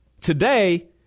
today